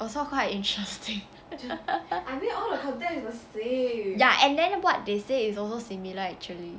also quite interesting ya and then what they say is also similar actually